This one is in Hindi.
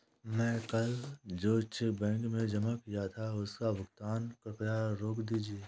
मैं कल जो चेक बैंक में जमा किया था उसका भुगतान कृपया रोक दीजिए